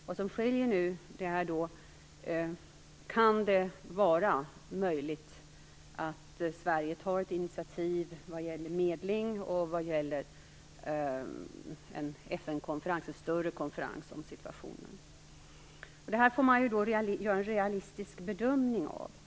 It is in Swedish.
Vad som skiljer nu är frågan: Kan det vara möjligt att Sverige tar ett initiativ vad gäller medling och vad gäller en större FN-konferens om situationen? Man måste göra en realistisk bedömning av detta.